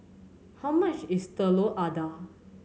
how much is telur adah